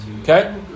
Okay